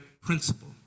Principle